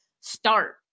Start